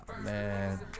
Man